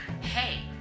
hey